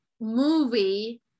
movie